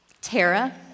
Tara